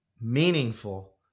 meaningful